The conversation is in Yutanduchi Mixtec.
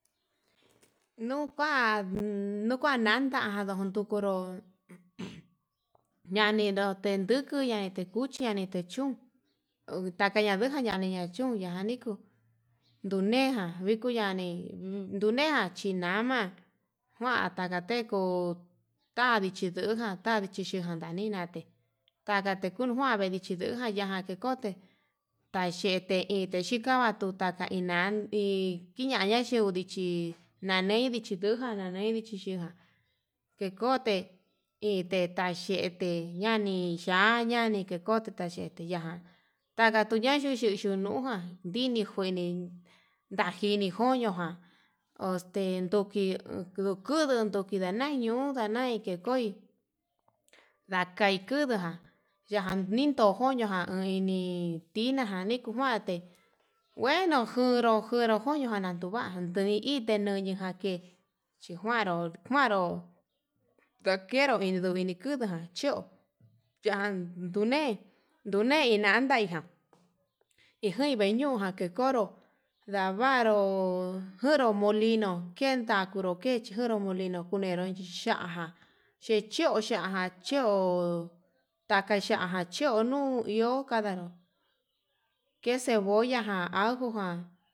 Nukuan nukandanda nukuru um um ñanino kenduku ña'a ñanete kun ñane te chún, utakaña ndujanuu ñaniña chun ñani kuu ndunejan vikuu ñani, nduneján chinama kuan ndakateko tavi chinduján tavii chi kundanina te'e takate kuu njuan ndivi chiluján yee yajande kote tayete ite xhika njuan tuta ina'a ndikiñaña yo'u ndichi, nanei ndichi nduján nanei ndichi ya'a ndekote ite xhaxhete ñani xhaña yan dekote taxhete ñan taka tekuu ña'an he xhixhi nuján, ndini njueni ndajuini jón ñojan oxten nduki kuu kuduu nduki nañan ñon uu ndanai ke koi ndakai kudujan yandido koñojan ndini tinajan niku njuante, ngueno njuru njuru koño jan nduva'a nduite ñuni ján ke chinjuaru njuanro ndakero inikudujan chó yandune ndune inan, naijan ijain vee nuján kekoro ndavaro ho njuro molino kendavuro juro molino kunero ya'á ján, echio ya'á jan chio taka ya'á jan chio nuu iho kandaro ke cebolla ján ajó ján.